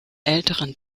älteren